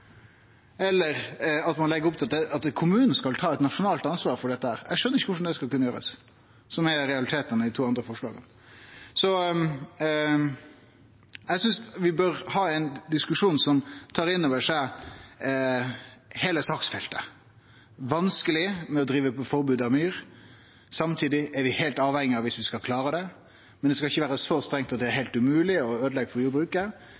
eller at ein legg opp til at kommunen skal ta eit nasjonalt ansvar for dette, som er realiteten i dei to andre forslaga, det skjønar eg ikkje korleis skal kunne gjerast. Eg synest vi bør ha ein diskusjon som tar inn over seg heile saksfeltet: vanskar med forbod mot dyrking av myr, og samtidig er vi heilt avhengige av det viss vi skal klare det. Men det skal ikkje vere så strengt at det er heilt umogleg og øydelegg for